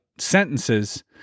Sentences